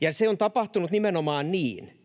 Ja se on tapahtunut nimenomaan niin,